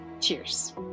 Cheers